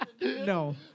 No